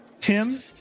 Tim